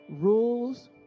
rules